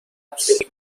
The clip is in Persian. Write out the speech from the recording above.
نسل